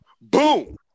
boom